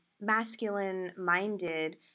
masculine-minded